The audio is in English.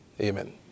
Amen